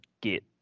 get